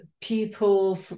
people